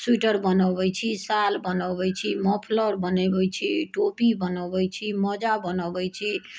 sweater बनबैत छी साल बनबैत छी मोफलर बनबैत छी टोपी बनबैत छी मौजा बनबैत छी